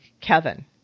Kevin